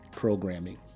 programming